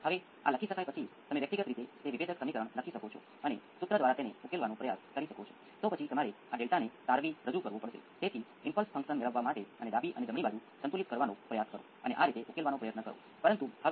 હવે સમસ્યા એ છે કે જો તમે કેટલાક અન્ય ઇનપુટનો ઉપયોગ કરો છો તો સિસ્ટમમાં અન્ય સુવિધાઓ હોઈ શકે છે જે સિગ્નલને બદલી શકે છે પરંતુ હા